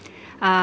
uh